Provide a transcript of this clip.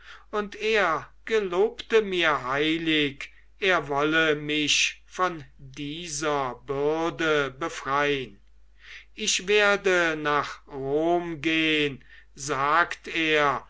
und er gelobte mir heilig er wolle mich von dieser bürde befrein ich werde nach rom gehn sagt er